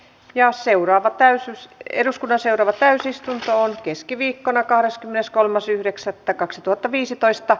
ja seuraava täysin eduskunnan seuraava täysistuntoon keskiviikkona kahdeskymmeneskolmas yhdeksättä kaksituhattaviisitoista